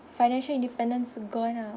financial independence gone ah